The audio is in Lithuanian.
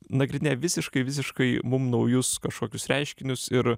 nagrinėja visiškai visiškai mum naujus kažkokius reiškinius ir